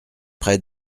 près